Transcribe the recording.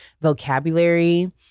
vocabulary